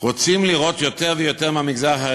לא נגד.